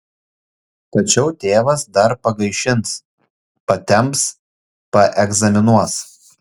tačiau tėvas dar pagaišins patemps paegzaminuos